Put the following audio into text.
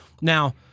Now